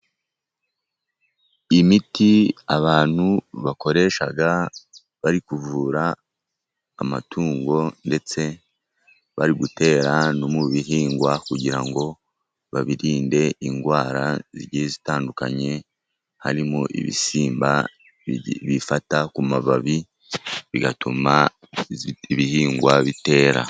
Imiti abantu bakoresha bari kuvura amatungo ndetse bari gutera no mu bihingwa, kugira ngo babirinde indwara zigiye zitandukanye, harimo ibisimba bifata ku mababi, bigatuma ibihingwa bitera.